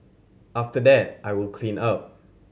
after that I will clean up